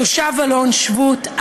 תושב אלות שבות,